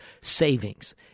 savings